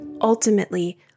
Ultimately